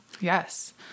Yes